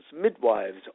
midwives